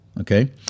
okay